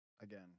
Again